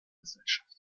gesellschaft